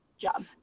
job